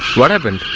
what happened?